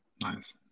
Nice